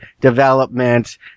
development